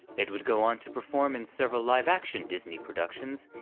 ed would go on to perform in several live-action disney productions,